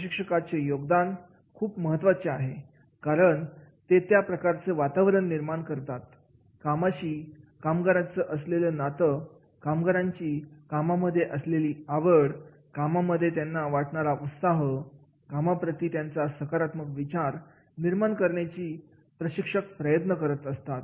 प्रशिक्षकांचे योगदान खूप महत्त्वाचे आहे कारण ते त्या प्रकारचं वातावरण निर्माण करतात कामाशी कामगारांचा असलेलं नातं कामगारांची कामांमध्ये असणारी आवड कामामध्ये त्यांना वाटणारा उत्साह कामाप्रती त्यांचा सकारात्मक विचार निर्माण करण्यासाठी प्रशिक्षक प्रयत्न करतात